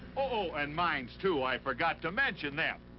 oh, and mines, too. i forgot to mention them.